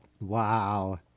Wow